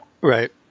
Right